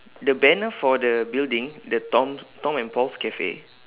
the banner for the building the tom tom and paul's cafe